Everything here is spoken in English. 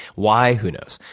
why, who knows.